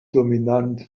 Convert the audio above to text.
dominant